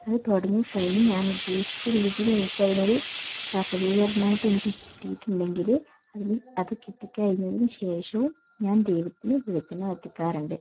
അത് തുടങ്ങി കഴിഞ്ഞാൽ ഞാൻ ഉദ്ദേശിച്ച രീതിയിൽ എനിക്കതിനൊരു സാഫലീകരണമായിട്ട് എനിക്ക് കിട്ടിയിട്ടുണ്ടെങ്കിൽ അതിന് അത് കിട്ടിക്കഴിഞ്ഞതിന് ശേഷവും ഞാൻ ദൈവത്തിന് വെളിച്ചെണ്ണ കത്തിക്കാറുണ്ട്